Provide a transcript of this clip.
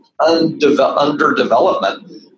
underdevelopment